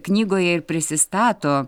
knygoje ir prisistato